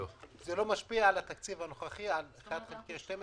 זה לא משפיע על התקציב הנוכחי, על 1/12?